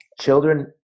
children